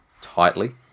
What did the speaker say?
tightly